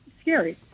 scary